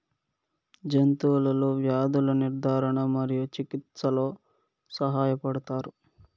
జంతువులలో వ్యాధుల నిర్ధారణ మరియు చికిత్చలో సహాయపడుతారు